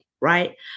right